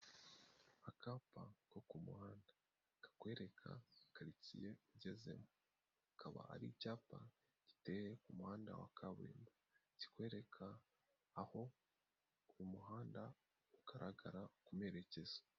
Akapa ko ku muhanda kakwereka karitsiye ugezemo kaba ari icyapa giteye ku muhanda wa kaburimbo kikwereka aho umuhanda ugaragara ku merekezo.